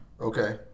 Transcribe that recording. Okay